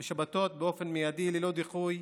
אבו כביר בשבתות באופן מיידי, ללא דיחוי.